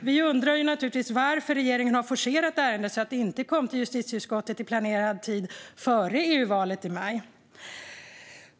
Vi undrar naturligtvis varför regeringen har forcerat ärendet så att det inte kom till justitieutskottet i planerad tid före EU-valet i maj.